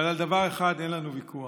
אבל על דבר אחד אין לנו ויכוח: